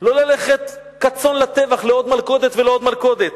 לא ללכת כצאן לטבח לעוד מלכודת ולעוד מלכודת.